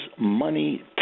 money